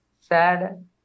sad